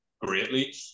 greatly